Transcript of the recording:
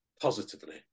positively